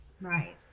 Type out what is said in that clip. Right